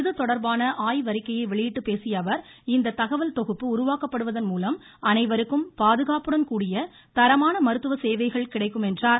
இதுதொடர்பான ஆய்வு அறிக்கையை வெளியிட்டு பேசிய அவர் இந்த தகவல் தொகுப்பு உருவாக்கப்படுவதன் மூலம் அனைவருக்கும் பாதுகாப்புடன் கூடிய தரமான மருத்துவ சேவைகள் கிடைக்கும் என்றார்